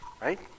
Right